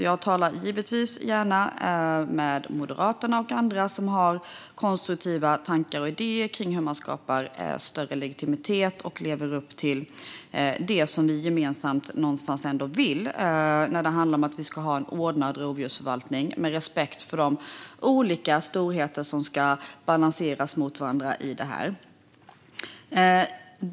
Jag talar givetvis gärna med Moderaterna och andra som har konstruktiva tankar och idéer om hur man skapar större legitimitet och lever upp till det som vi gemensamt någonstans ändå vill. Det handlar om att vi ska ha en ordnad rovdjursförvaltning med respekt för de olika storheter som ska balanseras mot varandra i detta.